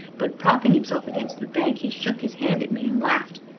but, propping himself against the bank, he shook his hand at me, and laughed.